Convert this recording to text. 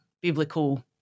biblical